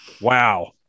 Wow